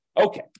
Okay